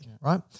right